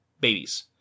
babies